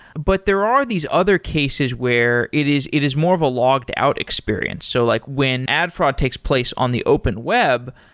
but there are these other cases where it is it is more of a logged out experience. so like when ad fraud takes place on the open web,